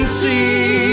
see